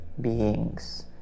beings